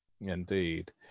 Indeed